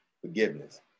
forgiveness